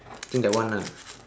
I think that one ah